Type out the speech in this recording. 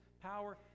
power